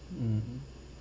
mm